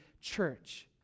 church